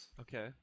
Okay